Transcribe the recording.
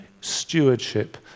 stewardship